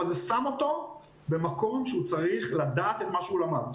אבל זה שם אותו במקום שהוא צריך לדעת את מה שהוא למד.